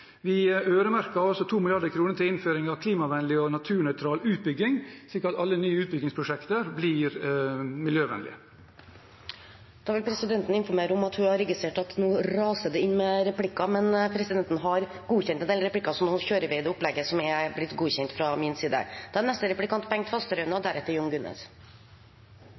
Vi øremerker 2 mrd. kr til innføring av klimavennlig og naturnøytral utbygging, slik at alle nye utbyggingsprosjekter blir miljøvennlige. Presidenten vil informere om at hun har registrert at det nå raser inn replikker, men presidenten har godkjent en del replikker, så nå kjører vi det opplegget som er blitt godkjent fra min side. For Senterpartiet er